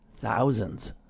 thousands